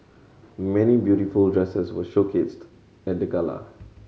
many beautiful dresses were showcased at the gala